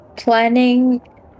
planning